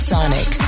Sonic